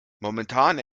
momentan